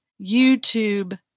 YouTube